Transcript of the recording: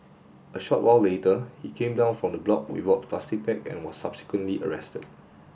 a short while later he came down from the block without plastic bag and was subsequently arrested